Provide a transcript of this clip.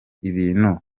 ibintu